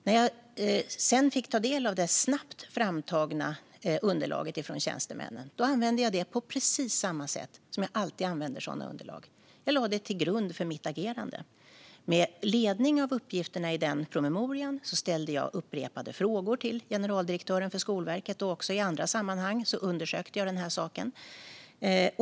När jag sedan fick ta del av det snabbt framtagna underlaget från tjänstemännen använde jag det på precis samma sätt som jag alltid använder sådana underlag och lade det till grund för mitt agerande. Med anledning av uppgifterna i promemorian ställde jag upprepade frågor till generaldirektören för Skolverket, och även i andra sammanhang undersökte jag den här saken.